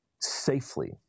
safely